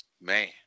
Man